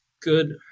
good